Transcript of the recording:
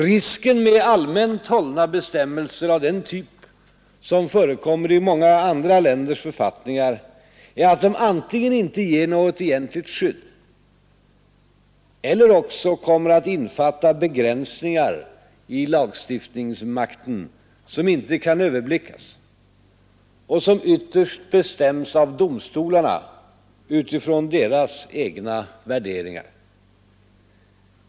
Risken med allmänt hållna bestämmelser av den typ som förekommer i många andra länders författningar är att de antingen inte ger något egentligt skydd eller också kommer att innefatta begränsningar i lagstiftningsmakten som inte kan överblickas och som ytterst bestäms av domstolarna utifrån deras egna värderingar.